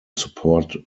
support